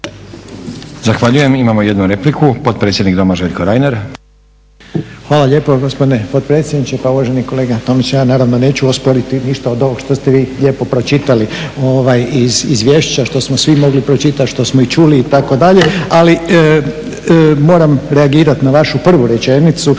Zahvaljujem. Imamo jednu repliku. Potpredsjednik Doma Željko Reiner. **Reiner, Željko (HDZ)** Hvala lijepa gospodine potpredsjedniče. Pa uvaženi kolega Tomiću, ja naravno neću osporiti ništa od ovog što ste vi lijepo pročitali iz izvješća, što smo svi mogli pročitati, što smo i čuli, itd., ali moram reagirati na vašu prvu rečenicu